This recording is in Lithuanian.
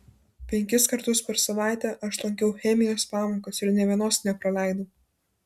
penkis kartus per savaitę aš lankiau chemijos pamokas ir nė vienos nepraleidau